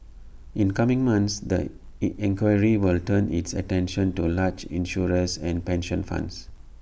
in coming months the inquiry will turn its attention to large insurers and pension funds